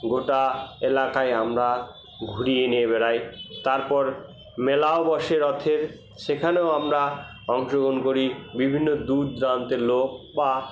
গোটা এলাকায় আমরা ঘুরিয়ে নিয়ে বেড়াই তারপর মেলাও বসে রথের সেখানেও আমরা অংশগ্রহণ করি বিভিন্ন দূর দূরান্তের লোক বা